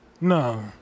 No